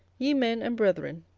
ye men and brethren,